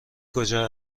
کجا